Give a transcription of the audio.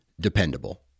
dependable